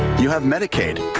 you have medicaid.